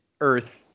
Earth